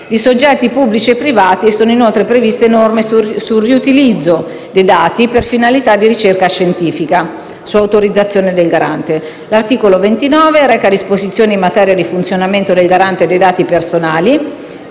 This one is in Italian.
di soggetti pubblici e privati. Sono, inoltre, previste norme sul riutilizzo dei dati per finalità di ricerca scientifica su autorizzazione del Garante. L'articolo 29 reca disposizioni in materia di funzionamento del Garante per la protezione